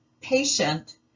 patient